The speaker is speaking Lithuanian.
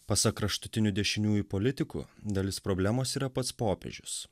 pasak kraštutinių dešiniųjų politikų dalis problemos yra pats popiežius